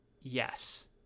Yes